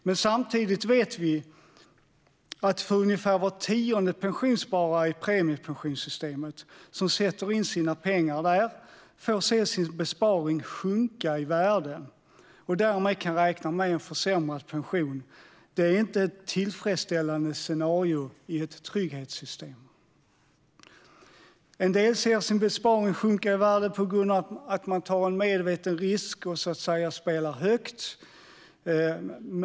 Men samtidigt vet vi att ungefär var tionde pensionssparare i premiepensionssystemet, som sätter in sina pengar där, får se sin besparing sjunka i värde, och därmed kan räkna med en försämrad pension. Det är inte ett tillfredsställande scenario i ett trygghetssystem. En del ser sin besparing sjunka i värde på grund av att de tar en medveten risk och så att säga spelar högt.